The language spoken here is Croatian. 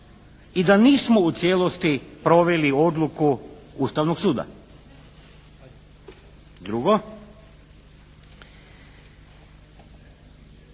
i da nismo u cijelosti proveli odluku Ustavnog suda. Drugo,